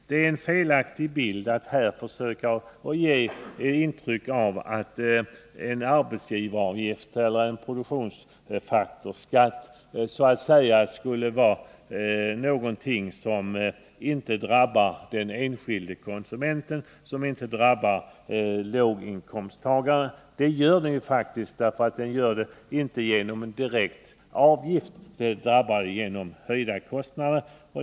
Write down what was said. Det är fel att försöka ge intryck av att arbetsgivaravgiften eller en produktionsfaktorsskatt är någonting som inte drabbar den enskilde konsumenten och som inte drabbar låginkomsttagarna. De drabbar den enskilde inte genom direkta avgifter men genom höjda kostnader.